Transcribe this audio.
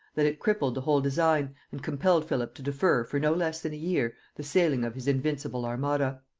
that it crippled the whole design, and compelled philip to defer, for no less than a year, the sailing of his invincible armada.